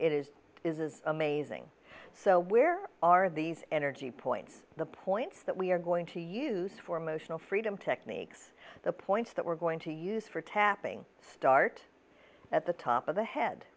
is is is amazing so where are these energy points the points that we are going to use for motional freedom techniques the points that we're going to use for tapping start at the top of the head